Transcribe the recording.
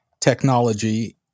technology